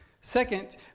Second